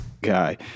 guy